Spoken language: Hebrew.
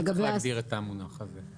לא צריך להגדיר את המונח הזה.